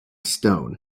stone